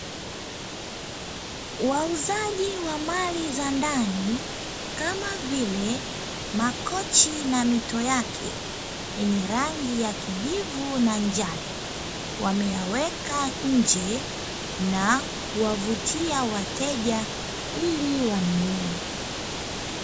Wauzaji wa mali za ndani kama vile makochi na mito yake yenye rangi ya kijivu na njano, wameyaweka nje na kuwavutia wateja ili wanunue.